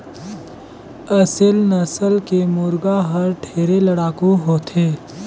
असेल नसल के मुरगा हर ढेरे लड़ाकू होथे